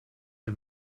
der